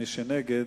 מי שנגד,